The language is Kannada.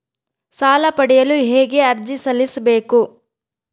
ಸಾಲ ಪಡೆಯಲು ಹೇಗೆ ಅರ್ಜಿ ಸಲ್ಲಿಸಬೇಕು?